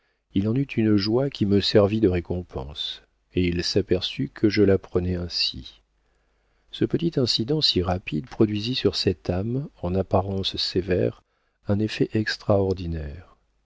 il en eut une joie qui me servit de récompense et il s'aperçut que je la prenais ainsi ce petit incident si rapide produisit sur cette âme en apparence sévère un effet extraordinaire